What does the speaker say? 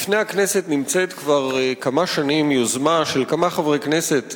בפני הכנסת נמצאת כבר כמה שנים יוזמה של כמה חברי כנסת,